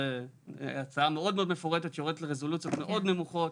זאת הצעה מאוד מאוד מפורטת שיורדת לרזולוציות מאוד נמוכות.